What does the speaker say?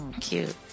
Cute